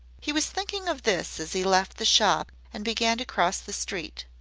he was thinking of this as he left the shop and began to cross the street.